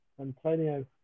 Antonio